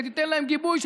שתיתן להם גיבוי,